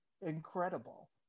incredible